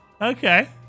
Okay